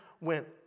went